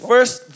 First